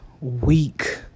Week